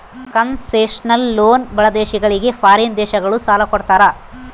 concessional loan ಬಡ ದೇಶಗಳಿಗೆ foreign ದೇಶಗಳು ಸಾಲ ಕೊಡ್ತಾರ